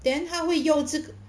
then 他会用这个